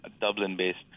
Dublin-based